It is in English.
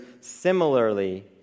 similarly